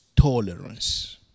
tolerance